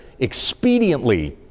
Expediently